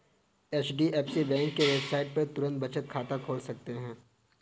HDFC bank के website पर तुरंत बचत खाता खोल सकते है